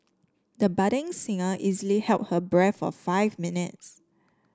the budding singer easily held her breath for five minutes